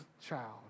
child